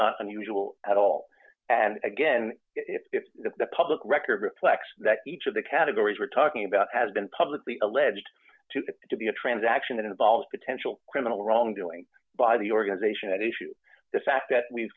not unusual at all and again if the public record reflects that each of the categories we're talking about has been publicly alleged to be a transaction that involves potential criminal wrongdoing by the organization that issue the fact that we